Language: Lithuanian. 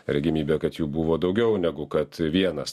regimybė kad jų buvo daugiau negu kad vienas